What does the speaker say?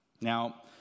Now